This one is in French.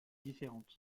différentes